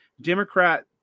Democrat